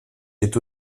est